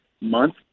month